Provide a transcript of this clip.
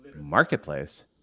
marketplace